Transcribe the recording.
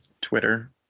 Twitter